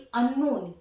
unknown